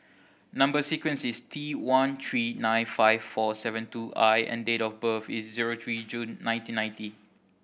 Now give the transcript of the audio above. number sequence is T one three nine five four seven two I and date of birth is zero three June nineteen ninety